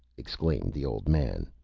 exclaimed the old man.